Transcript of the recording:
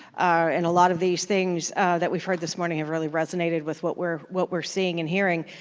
and a lot of these things that we've heard this morning have really resonated with what we're what we're seeing and hearing,